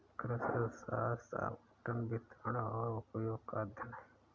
कृषि अर्थशास्त्र आवंटन, वितरण और उपयोग का अध्ययन है